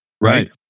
Right